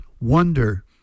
Wonder